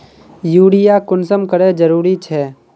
Urea कुंसम करे जरूरी छै?